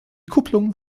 kupplung